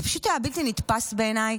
זה פשוט היה בלתי נתפס בעיניי.